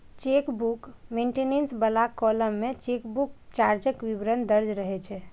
chequebook maintenance बला column मे chequebook चार्जक विवरण दर्ज रहै छै